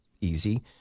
easy